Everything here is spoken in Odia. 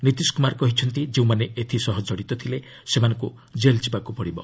ନିତିଶ କୁମାର କହିଛନ୍ତି ଯେଉଁମାନେ ଏଥିସହ କଡ଼ିତ ଥିଲେ ସେମାନଙ୍କୁ ଜେଲ ଯିବାକୁ ପଡ଼ିବ